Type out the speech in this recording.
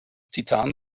titan